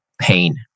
pain